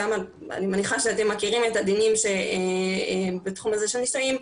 אני גם מניחה שאתם מכירים את הדינים בתחום הזה של נישואים,